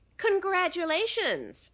Congratulations